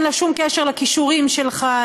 אין שום קשר לכישורים שלך,